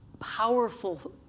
powerful